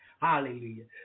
Hallelujah